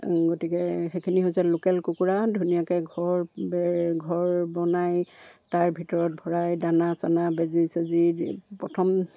গতিকে সেইখিনি হৈছে লোকেল কুকুৰা ধুনীয়াকৈ ঘৰ বেৰ ঘৰ বনাই তাৰ ভিতৰত ভৰাই দানা চানা বেজি চেজি প্ৰথম